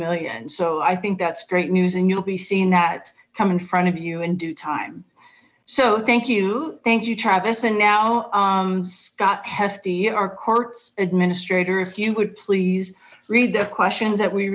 million so i think that's great news and you'll be seeing that come in front of you in due time so thank you thank you travis and now scott hefty or courts administrator if you would please read the questions that we